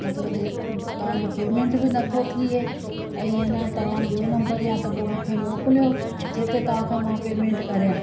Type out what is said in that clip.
मां त कॾहिं तव्हांजो पेमेंट बि नथो थिए ऐं अन तव्हां ॿियों नंबर या त पोइ मूंखे मोकिलियो जिते तव्हांखे मां पेमेंट करिया